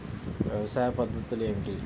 వ్యవసాయ పద్ధతులు ఏమిటి?